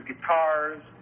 guitars